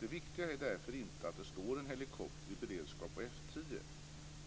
Det viktiga är därför inte att det står en helikopter i beredskap på F 10,